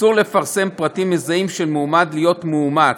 אסור לפרסם פרטים מזהים של מועמד להיות מאומץ,